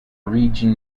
region